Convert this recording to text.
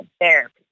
therapy